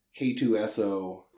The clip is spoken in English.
K2SO